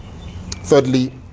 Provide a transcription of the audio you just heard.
Thirdly